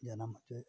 ᱡᱟᱱᱟᱢ ᱦᱚᱪᱚᱭᱮᱫᱼᱟ